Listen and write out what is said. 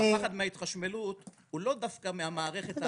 הפחד מההתחשמלות הוא לא דווקא מהמערכת.